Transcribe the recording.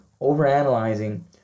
overanalyzing